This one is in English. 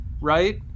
right